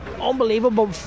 unbelievable